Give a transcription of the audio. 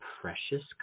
Precious